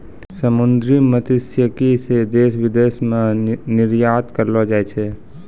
समुन्द्री मत्स्यिकी से देश विदेश मे निरयात करलो जाय छै